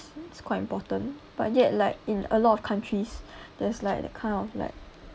it's quite important but yet like in a lot of countries there's like the kind of like